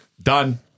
done